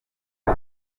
the